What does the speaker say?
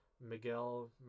Miguel